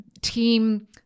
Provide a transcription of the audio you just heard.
team